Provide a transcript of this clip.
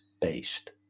based